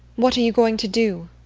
what are you going to do?